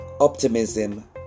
optimism